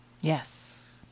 Yes